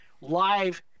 live